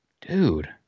Dude